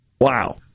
Wow